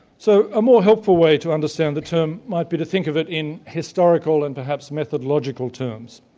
so a more helpful way to understand the term might be to think of it in historical and perhaps methodological terms.